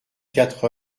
quatre